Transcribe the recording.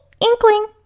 inkling